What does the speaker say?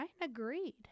agreed